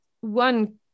one